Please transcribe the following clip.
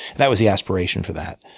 that was the aspiration for that.